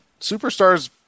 superstars